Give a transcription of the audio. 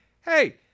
hey